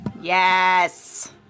Yes